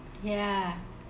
ya